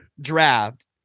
draft